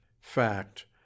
Fact